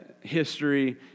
history